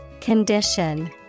Condition